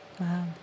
Wow